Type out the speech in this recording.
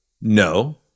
No